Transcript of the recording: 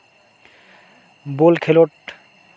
ᱵᱳᱞ ᱠᱷᱮᱞᱳᱰ